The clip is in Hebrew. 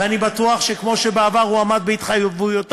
ואני בטוח שכמו שבעבר הוא עמד בהתחייבויותיו,